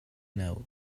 now